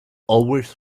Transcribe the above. always